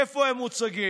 איפה הם מוצגים